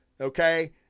Okay